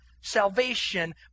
Salvation